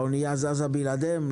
האונייה זזה בלעדיהם?